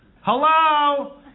Hello